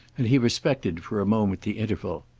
and he respected for a moment the interval.